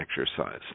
exercise